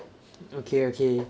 okay okay